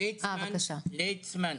השר ליצמן.